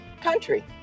country